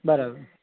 બરાબર